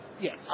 Yes